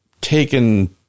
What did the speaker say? taken